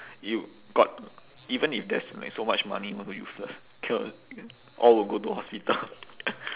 you got even if there's like so much money also useless cannot all will go to hospital